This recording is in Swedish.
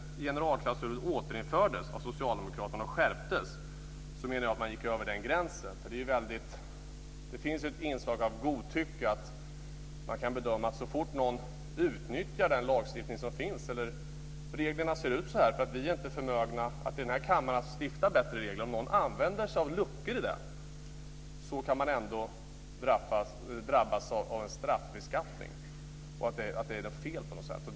Generalklausulen återinfördes och skärptes av socialdemokraterna. Jag menar att man då gick över gränsen. Det finns ett inslag av godtycke. Så fort man kan bedöma det som att någon utnyttjar den lagstiftning som finns kan de drabbas av en straffbeskattning. Det kan vara så att reglerna ser ut på ett visst sätt, därför att vi här i kammaren inte är förmögna att stifta bättre regler.